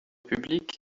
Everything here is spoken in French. public